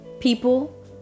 people